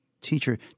teacher